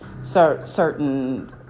certain